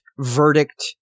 verdict